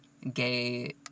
Gay